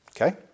Okay